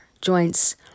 joints